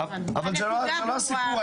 הנקודה ברורה.